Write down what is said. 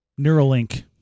Neuralink